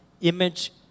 image